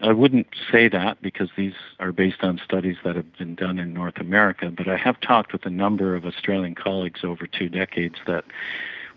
i wouldn't say that because these are based on studies that have been done in north america, but i have talked with a number of australian colleagues over two decades that